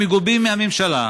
המגובים על ידי הממשלה,